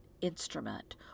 instrument